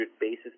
basis